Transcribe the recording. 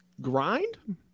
grind